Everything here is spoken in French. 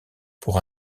pour